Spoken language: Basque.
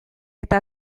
eta